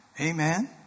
Amen